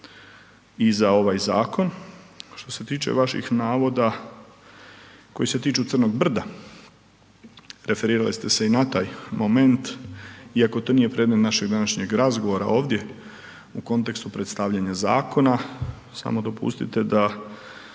i za ovaj zakon. Što se tiče vaših navoda koji se tiču crnog brda, referirali ste se i na taj moment iako to nije predmet našeg današnjeg razgovora ovdje u kontekstu predstavljanja zakona, samo dopustite da